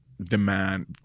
demand